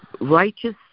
righteous